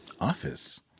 Office